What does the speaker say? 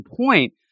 Point